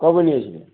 কবে নিয়েছিলেন